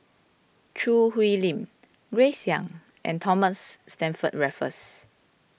Choo Hwee Lim Grace Young and Thomas Stamford Raffles